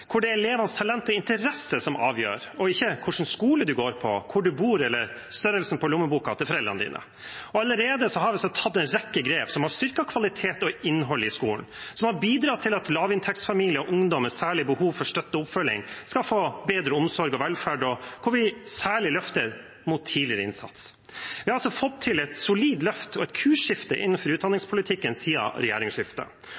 hvor det er elevenes talent og interesse som avgjør, ikke hvilken skole man går på, hvor man bor, eller størrelsen på lommeboka til foreldrene. Vi har allerede tatt en rekke grep som har styrket kvalitet og innhold i skolen, som har bidratt til at lavinntektsfamilier og ungdom med særlig behov for støtte og oppfølging skal få bedre omsorg og velferd, og hvor vi særlig løfter mot tidligere innsats. Vi har altså fått til et solid løft og et kursskifte innenfor